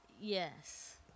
Yes